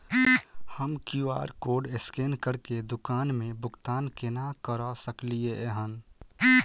हम QR code scan करके दुकान मे भुगतान केना करऽ सकलिये एहन?